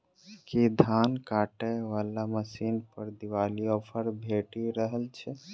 की धान काटय वला मशीन पर दिवाली ऑफर भेटि रहल छै?